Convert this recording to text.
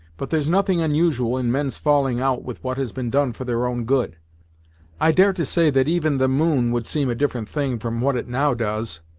but there's nothing unusual in men's falling out with what has been done for their own good i dare to say that even the moon would seem a different thing from what it now does,